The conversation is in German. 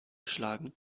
schlagen